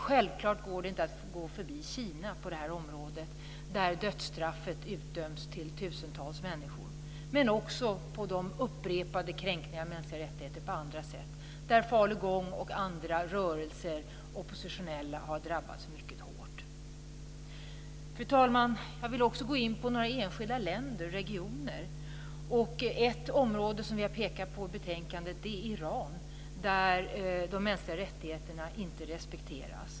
Självfallet går det inte heller att gå förbi Kina på det här området, där dödsstraff utdöms till tusentals människor. Jag tänker också på upprepade kränkningar av mänskliga rättigheter på andra sätt, där falungong och andra rörelser samt oppositionella har drabbats mycket hårt. Fru talman! Jag vill också gå in på några enskilda länder och regioner. Ett område som vi har pekat på i betänkandet är Iran, där de mänskliga rättigheterna inte respekteras.